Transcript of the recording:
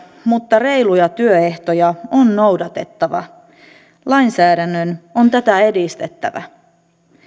mutta reiluja työehtoja on noudatettava lainsäädännön on tätä edistettävä